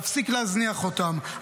להפסיק להזניח אותם,